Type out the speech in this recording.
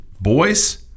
boys